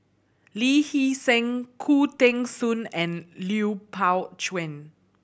Lee Hee Seng Khoo Teng Soon and Lui Pao Chuen